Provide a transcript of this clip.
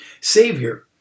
Savior